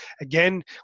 Again